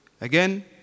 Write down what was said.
Again